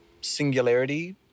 singularity